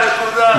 נקודה,